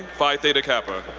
phi theta kappa.